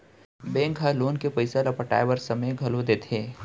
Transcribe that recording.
bank ह loan के पइसा ल पटाए बर समे घलो देथे